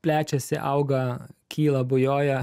plečiasi auga kyla bujoja